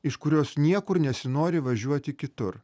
iš kurios niekur nesinori važiuoti kitur